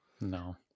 no